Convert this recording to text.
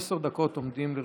עשר דקות עומדות לרשותך,